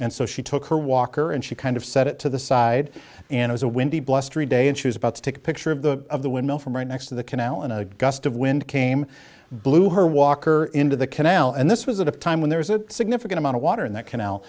and so she took her walker and she kind of set it to the side and was a windy blustery day and she was about to take a picture of the of the windmill from right next to the canal in a gust of wind came blew her walker into the canal and this was at a time when there was a significant amount of water in that